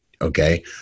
okay